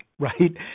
Right